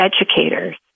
educators